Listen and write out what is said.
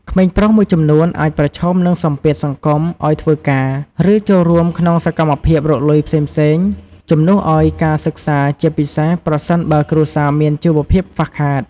ក្មេងប្រុសមួយចំនួនអាចប្រឈមនឹងសម្ពាធសង្គមឱ្យធ្វើការ ឬចូលរួមក្នុងសកម្មភាពរកលុយផ្សេងៗជំនួសឱ្យការសិក្សា ជាពិសេសប្រសិនបើគ្រួសារមានជីវភាពខ្វះខាត។